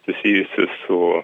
susijusius su